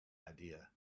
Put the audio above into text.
idea